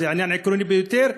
זה עניין עקרוני ביותר.